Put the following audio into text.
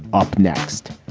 up next